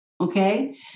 Okay